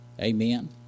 Amen